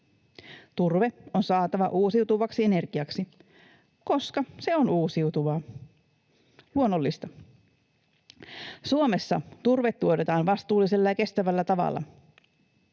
Turve on saatava uusiutuvaksi energiaksi, koska se on uusiutuvaa, luonnollista. Suomessa turve tuotetaan vastuullisella ja kestävällä tavalla.